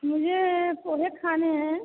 मुझे पोहे खाने हैं